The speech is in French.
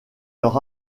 leur